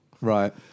Right